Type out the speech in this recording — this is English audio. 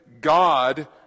God